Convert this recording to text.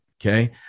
Okay